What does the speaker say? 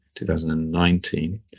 2019